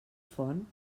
font